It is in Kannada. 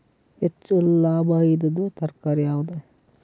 ಹೆಚ್ಚು ಲಾಭಾಯಿದುದು ತರಕಾರಿ ಯಾವಾದು?